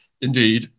indeed